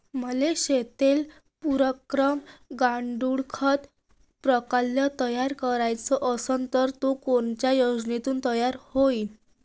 मले शेतीले पुरक गांडूळखत प्रकल्प तयार करायचा असन तर तो कोनच्या योजनेतून तयार होईन?